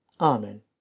Amen